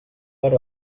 per